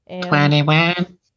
Twenty-one